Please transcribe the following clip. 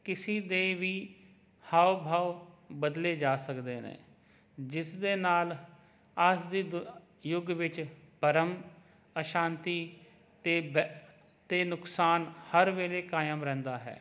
ਕਿਸੀ ਦੇ ਵੀ ਹਾਵ ਭਾਵ ਬਦਲੇ ਜਾ ਸਕਦੇ ਨੇ ਜਿਸ ਦੇ ਨਾਲ ਅੱਜ ਦੀ ਦੁ ਯੁੱਗ ਵਿੱਚ ਪਰਮ ਅਸ਼ਾਂਤੀ ਅਤੇ ਬੈ ਨੁਕਸਾਨ ਹਰ ਵੇਲੇ ਕਾਇਮ ਰਹਿੰਦਾ ਹੈ